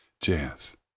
jazz